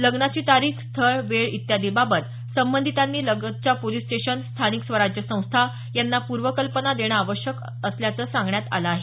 लग्नाची तारीख स्थळ वेळ इत्यादी बाबत संबंधितांनी लगतच्या पोलीस स्टेशन स्थानिक स्वराज्य संस्था यांना पूर्वकल्पना देणं आवश्यक करण्यात आलं आहे